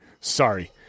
Sorry